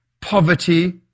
poverty